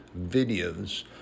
videos